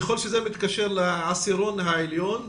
ככל שזה מתקשר לעשירון העליון,